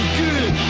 good